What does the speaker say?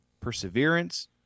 perseverance